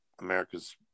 America's